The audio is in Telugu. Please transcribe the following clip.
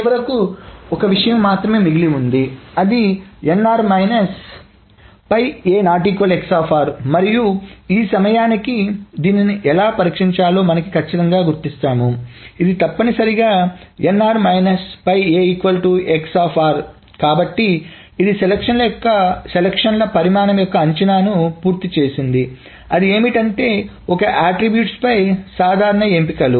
చివరకు ఒక విషయం మాత్రమే మిగిలి ఉంది అది మరియు ఈ సమయానికి దీన్ని ఎలా పరిష్కరించాలో మనం ఖచ్చితంగా గుర్తించాము ఇది తప్పనిసరిగా కాబట్టి ఇది ఎంపికల పరిమాణం యొక్క అంచనాను పూర్తి చేసింది అది ఏమిటంటే ఒక అట్ట్రిబ్యూట్స్ పై సాధారణ ఎంపికలు